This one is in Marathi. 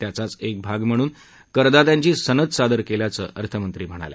त्याचाच एक भाग म्हणून करदात्यांची सनद सादर केल्याचे अर्थमंत्री म्हणाल्या